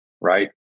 right